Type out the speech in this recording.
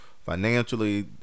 financially